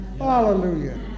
hallelujah